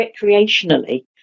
recreationally